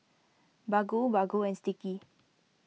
Baggu Baggu and Sticky